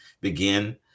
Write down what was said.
begin